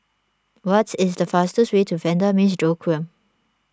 what is the fastest way to Vanda Miss Joaquim